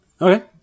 okay